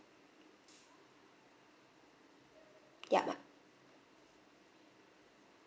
yup right